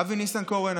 אבי ניסנקורן,